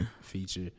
Feature